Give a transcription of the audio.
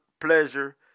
pleasure